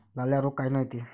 लाल्या रोग कायनं येते?